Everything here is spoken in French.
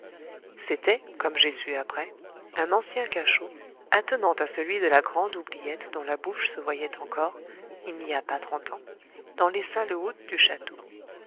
c'était comme j'ai su après un ancien cachot attenant à celui de la grande oubliette dont la bouche se voyait encore il n'y a pas trente ans dans les salles hautes du château